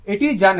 এটি জানে